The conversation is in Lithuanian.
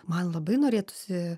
man labai norėtųsi